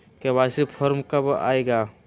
KYC form कब आए गा?